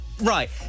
Right